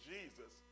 Jesus